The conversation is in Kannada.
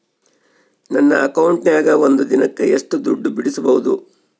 ನನ್ನ ಅಕೌಂಟಿನ್ಯಾಗ ಒಂದು ದಿನಕ್ಕ ಎಷ್ಟು ದುಡ್ಡು ಬಿಡಿಸಬಹುದು?